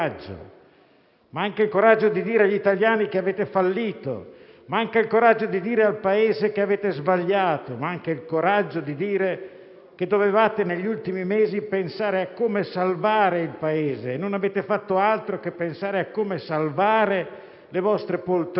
manca il coraggio di dire agli italiani che avete fallito; manca il coraggio di dire al Paese che avete sbagliato; manca il coraggio di dire che negli ultimi mesi avreste dovuto pensare a come salvare il Paese e non avete fatto altro che pensare a come salvare le vostre poltrone.